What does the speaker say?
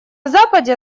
западе